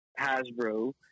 Hasbro